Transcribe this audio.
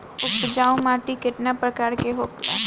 उपजाऊ माटी केतना प्रकार के होला?